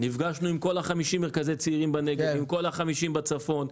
נפגשנו עם כל 50 מרכזי הצעירים בנגב ועם כל ה-50 בצפון.